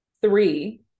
three